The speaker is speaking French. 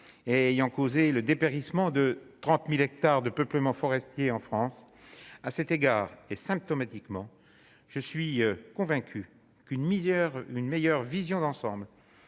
et ayant causé le dépérissement de 30000 hectares de peuplement forestier en France, à cet égard est symptomatiquement, je suis convaincu qu'une misère, une meilleure vision d'ensemble,